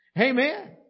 Amen